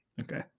Okay